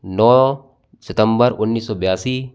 नौ सितंबर उन्नीस सौ बयासी